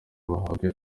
bahabwa